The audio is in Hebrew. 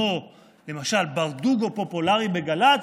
למשל, ברדוגו פופולרי בגל"צ?